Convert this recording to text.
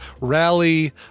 Rally